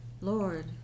Lord